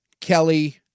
Kelly